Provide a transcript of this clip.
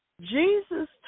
Jesus